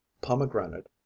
pomegranate